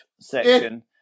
section